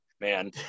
man